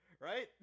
Right